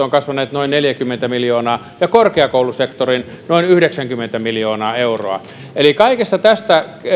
ovat kasvaneet noin neljäkymmentä miljoonaa ja korkeakoulusektorin noin yhdeksänkymmentä miljoonaa euroa eli kaikesta tästä